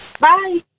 bye